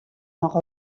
noch